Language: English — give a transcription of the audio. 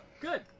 Good